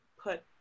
put